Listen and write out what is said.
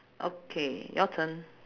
okay your turn